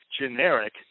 generic